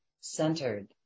centered